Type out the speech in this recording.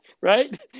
Right